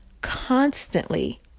constantly